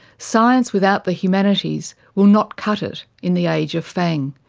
science without the humanities will not cut it in the age of fang,